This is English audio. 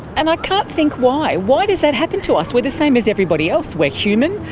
and i can't think why. why does that happen to us, we're the same as everybody else we're human,